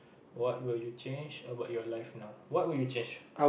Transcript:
what would you change about your life now what would you change